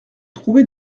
trouver